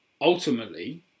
Ultimately